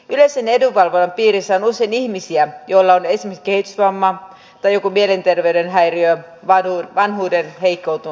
yleisen edunvalvonnan piirissä on usein ihmisiä joilla on esimerkiksi kehitysvamma tai jokin mielenterveyden häiriö vanhuudenheikkous tai vastaava